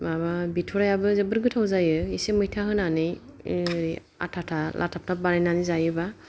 माबा बिथरायाबो जोबोर गोथाव जायो एसे मैथा होनानै ओ आथाथा लाथाबथाब बानायनानै जायोबा